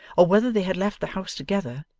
or whether they had left the house together,